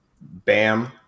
Bam